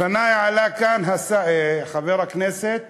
לפני עלה כאן חבר הכנסת